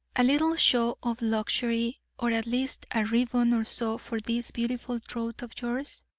a little show of luxury, or at least a ribbon or so for this beautiful throat of yours